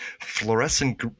fluorescent